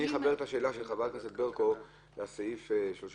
אני אחבר את השאלה של חברת הכנסת ברקו לסעיף 34(א),